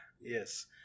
Yes